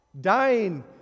dying